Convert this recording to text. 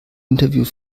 interview